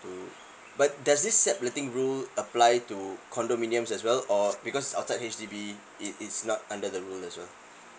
but does this subletting rule apply to condominiums as well or because outside H_D_B it it's not under the rule as well